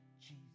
Jesus